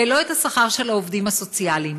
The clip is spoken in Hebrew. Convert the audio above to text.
ולא את השכר של העובדים הסוציאליים.